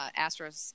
Astros